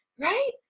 right